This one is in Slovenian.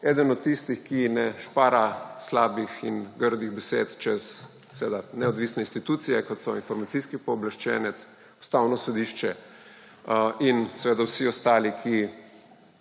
eden tistih, ki ne špara slabih in grdih besed čez neodvisne institucije, kot so Informacijski pooblaščenec, Ustavno sodišče in seveda vsi ostali, ki